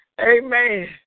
Amen